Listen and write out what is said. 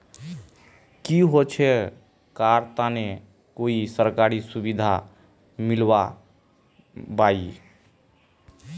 की होचे करार तने कोई सरकारी सुविधा मिलबे बाई?